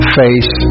face